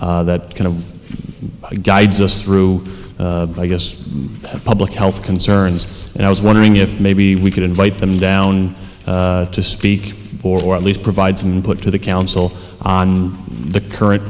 that kind of guides us through i guess a public health concerns and i was wondering if maybe we could invite them down to speak or at least provide some put to the council on the current